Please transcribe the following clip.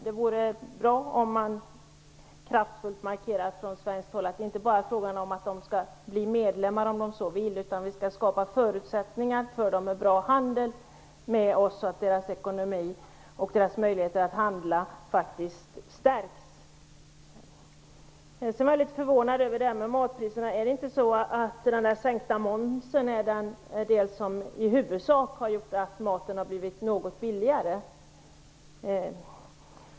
Det vore bra om vi från svenskt håll kraftfullt markerade att det inte bara är fråga om att de skall bli medlemmar, om de så vill, utan också att vi skall skapa förutsättningar för dem att få en bra handel med oss, så att deras ekonomi och deras möjligheter att handla faktiskt stärks. Jag är litet förvånad över det här med matpriserna. Är det inte i huvudsak den sänkta momsen som har gjort att maten har blivit något billigare?